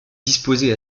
disposée